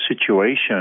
situation